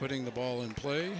putting the ball in play